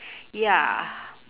ya